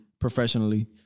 professionally